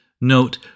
Note